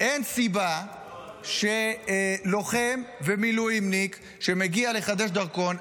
אין סיבה שלוחם ומילואימניק שמגיע לחדש דרכון,